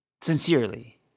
sincerely